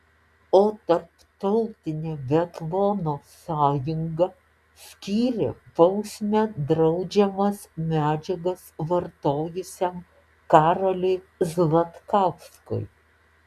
o tarptautinė biatlono sąjunga skyrė bausmę draudžiamas medžiagas vartojusiam karoliui zlatkauskui